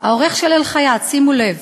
העורך של "אל-חיאת", שימו לב,